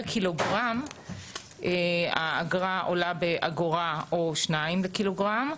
קילוגרם האגרה עולה באגורה או שתיים לקילוגרם,